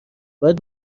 باید